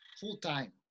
full-time